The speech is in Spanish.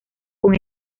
con